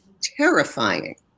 terrifying